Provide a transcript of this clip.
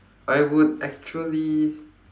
I would actually